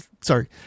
sorry